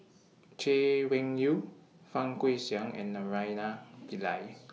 Chay Weng Yew Fang Guixiang and Naraina Pillai